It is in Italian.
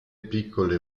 piccole